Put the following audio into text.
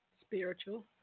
Spiritual